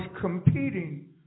competing